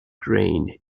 grain